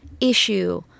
issue